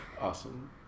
Awesome